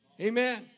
Amen